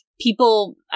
people